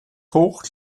hoch